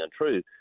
untrue